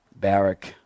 Barrack